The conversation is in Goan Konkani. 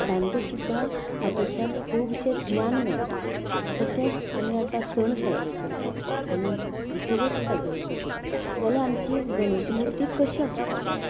तांकां सुद्दां हातूंतल्यान खुबशें ज्ञान मेळटा तशेंच आमी आतां सण साजरे करतात आनी चवथ साजरी करतात जाल्यार आमची गणेश मुर्ती कशी आसपाक जाय